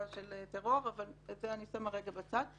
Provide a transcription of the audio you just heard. של טרור אבל את זה אני שמה רגע בצד.